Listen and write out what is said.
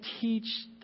teach